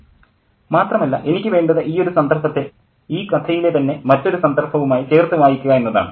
professor മാത്രമല്ല എനിക്ക് വേണ്ടത് ഈയൊരു സന്ദർഭത്തെ ഈ കഥയിലെ തന്നെ മറ്റൊരു സന്ദർഭവുമായി ചേർത്തു വായിക്കുക എന്നതതാണ്